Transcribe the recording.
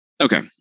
Okay